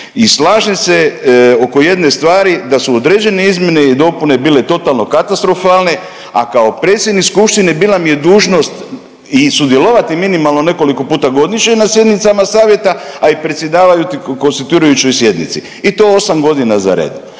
i slažem se oko jedne stvari da su određene izmjene i dopune bile totalno katastrofalne, a kao predsjednik skupštine bila mi je dužnost i sudjelovati minimalno nekoliko puta godišnje na sjednicama savjeta, a i predsjedavati konstituirajućoj sjednici i to 8 godina za redom.